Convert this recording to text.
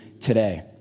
today